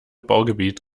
baugebiet